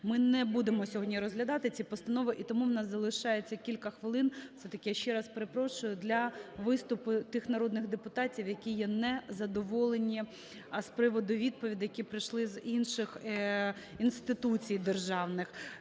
Ми не будемо сьогодні розглядати ці постанови, і тому у нас залишається кілька хвилин, все-таки я ще раз перепрошую, для виступів тих народних депутатів, які є незадоволені з приводу відповідей, які прийшли з інших інституцій державних.